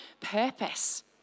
purpose